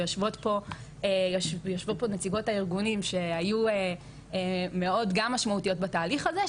ויושבות פה נציגות הארגונים שהיו גם מאד משמעותיות בתהליך הזה,